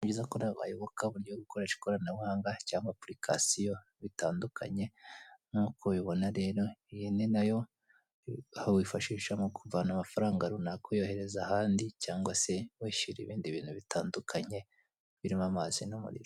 Ni byiza ko nawe bayoboka uburyo bwo gukoresha ikoranabuhanga cyangwa aplication bitandukanye nk'uko ubibona rero, iyi ni na yo aho wifashisha mu kuvana amafaranga runaka uyohereza ahandi cyangwase wishyura ibindi bintu bitandukanye birimo amazi n'umuriro.